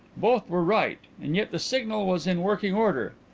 both were right, and yet the signal was in working order.